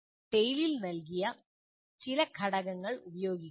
TALE നൽകിയ ചില ഘടകങ്ങൾ ഉപയോഗിക്കുക